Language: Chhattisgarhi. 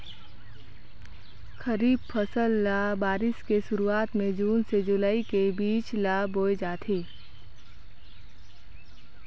खरीफ फसल ल बारिश के शुरुआत में जून से जुलाई के बीच ल बोए जाथे